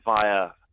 via